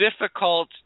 difficult